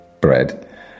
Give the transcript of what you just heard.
bread